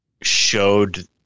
showed